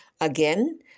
Again